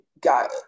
got